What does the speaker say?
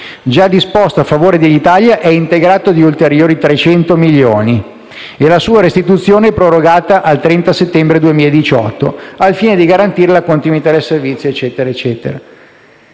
già disposto a favore di Alitalia, è integrato di ulteriori 300 milioni e la sua restituzione è prorogata fino al 30 settembre 2018, al fine di garantire la continuità del servizio (…)».